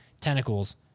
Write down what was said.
tentacles